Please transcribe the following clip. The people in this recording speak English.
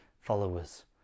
followers